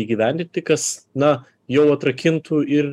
įgyvendinti kas na jau atrakintų ir